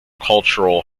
cultural